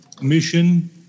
mission